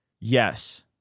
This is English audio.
Yes